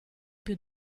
più